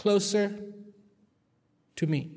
closer to me